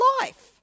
life